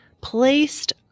placed